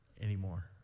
anymore